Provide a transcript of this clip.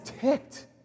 ticked